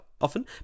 often